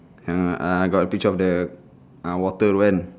yang uh got the picture of the uh water tu kan